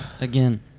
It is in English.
Again